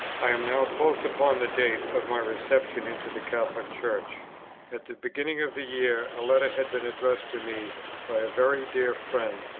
i am now close upon the date of my reception into the catholic church at the beginning of the year a letter had been addressed to me by a very dear friend,